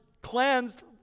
cleansed